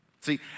See